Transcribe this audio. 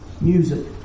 Music